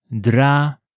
dra